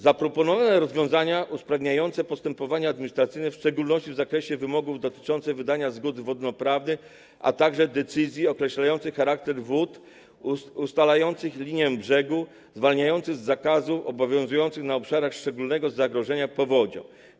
Zaproponowano rozwiązania usprawniające postępowania administracyjne, w szczególności w zakresie wymogów dotyczących wydawania zgód wodnoprawnych, a także decyzji określających charakter wód, ustalających linię brzegu, zwalniających z przestrzegania zakazów obowiązujących na obszarach szczególnego zagrożenia powodzią.